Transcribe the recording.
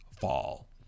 fall